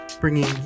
bringing